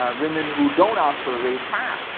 ah women who don't ask for a raise have,